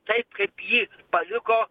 taip kaip jį paliko